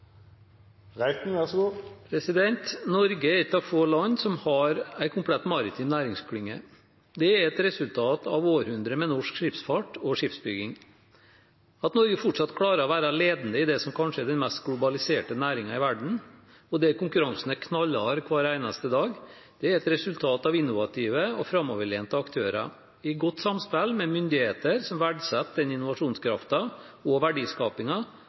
brukar ordninga, så ein ikkje må venta i månader – eller dagar – før treårsperioden er over før ein veit om ordninga vert permanent eller ikkje. Norge er et av få land som har en komplett maritim næringsklynge. Det er et resultat av århundrer med norsk skipsfart og skipsbygging. At Norge fortsatt klarer å være ledende i det som kanskje er den mest globaliserte næringen i verden, og der konkurransen er knallhard hver eneste dag, er et resultat av innovative og framoverlente aktører, i